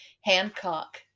Hancock